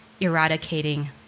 eradicating